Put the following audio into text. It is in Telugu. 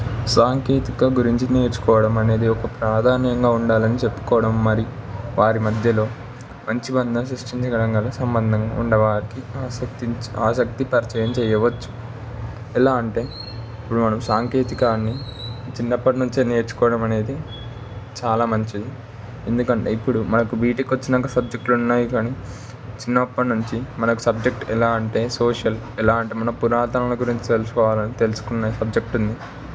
సాంకేతిక గురించి నేర్చుకోవడం అనేది ఒక ప్రాధాన్యంగా ఉండాలని చెప్పుకోవడం మరి వారి మధ్యలో మంచి సంబంధం ఉండవారికి ఆసక్తిన్చ్ ఆసక్తి పరిచయం చేయవచ్చు ఎలా అంటే ఇప్పుడు మనం సాంకేతికాన్ని చిన్నప్పటి నుంచే నేర్చుకోవడం అనేది చాలా మంచిది ఎందుకంటే ఇప్పుడు మనకు బీటెక్ వచ్చాకా సబ్జెక్టులు ఉన్నాయి కాని చిన్నప్పటినుంచి మనకు సబ్జెక్ట్ ఎలా అంటే సోషల్ ఎలా అంటే మన పురాతనలు గురించి తెలుసుకోవాలి అని తెలుసుకున్న సబ్జెక్టు ఉంది